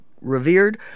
revered